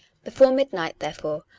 before midnight, therefore,